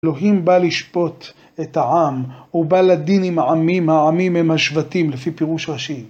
אלוהים בא לשפוט את העם, הוא בא לדין עם העמים, העמים הם השבטים לפי פירוש רש״י